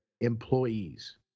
employees